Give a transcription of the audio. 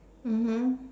mmhmm